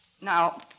Now